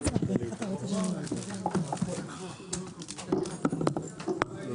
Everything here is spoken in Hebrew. הישיבה ננעלה בשעה 12:38.